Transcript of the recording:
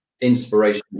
inspiration